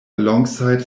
alongside